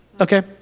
okay